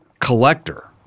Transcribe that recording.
collector